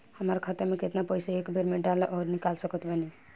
हमार खाता मे केतना पईसा एक बेर मे डाल आऊर निकाल सकत बानी?